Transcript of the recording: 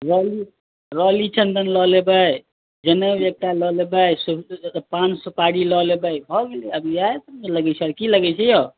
रौली रौली चन्दन लय लेबय जनेऊ एकटा लय लेबय पान सुपारी लय लेबै भऽ गेलै आब इएह सबने लगै छै और कि लगै छै यौ